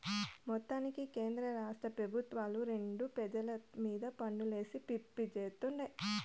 మొత్తానికి కేంద్రరాష్ట్ర పెబుత్వాలు రెండు పెజల మీద పన్నులేసి పిప్పి చేత్తుండాయి